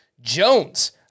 Jones